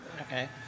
Okay